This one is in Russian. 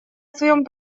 своем